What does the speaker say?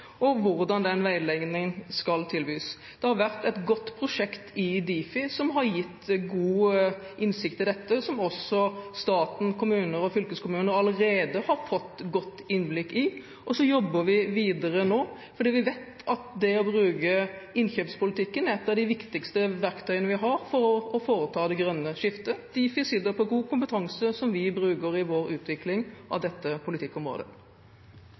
og hvordan veiledningen skal tilbys. Det har vært et godt prosjekt i Difi som har gitt god innsikt i dette, som også staten, kommuner og fylkeskommuner allerede har fått godt innblikk i. Så jobber vi videre nå, fordi vi vet at det å bruke innkjøpspolitikken er et av de viktigste verktøyene vi har for å foreta det grønne skiftet. Difi sitter på god kompetanse, som vi bruker i vår utvikling av dette politikkområdet.